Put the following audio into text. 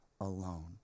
alone